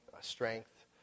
strength